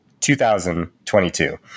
2022